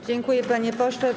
Dziękuję, panie pośle.